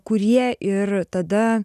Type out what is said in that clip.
kurie ir tada